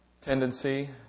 tendency